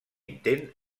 intent